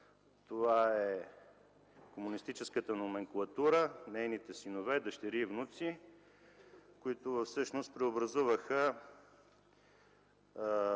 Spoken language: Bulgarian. хора е комунистическата номенклатура, нейните синове, дъщери и внуци, които всъщност преобразуваха